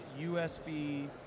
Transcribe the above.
USB